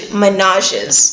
menages